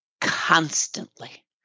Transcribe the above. constantly